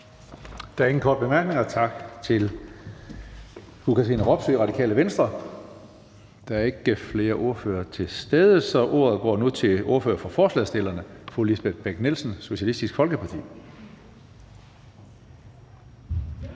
Der er ingen korte bemærkninger. Tak til fru Katrine Robsøe, Radikale Venstre. Der er ikke flere ordførere til stede, så jeg giver nu ordet til ordføreren for forslagsstillerne, fru Lisbeth Bech-Nielsen, Socialistisk Folkeparti. Jeg